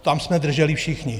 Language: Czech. Tam jsme drželi všichni.